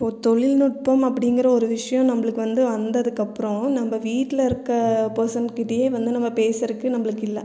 இப்போது தொழில்நுட்பம் அப்படிங்கற ஒரு விஷயம் நம்மளுக்கு வந்து வந்ததுக்கப்புறோம் நம்ம வீட்டில் இருக்கற பேர்சன் கிட்டயோ வந்து நம்ம பேசுறக்கு நம்மளுக்கு இல்லை